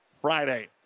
Friday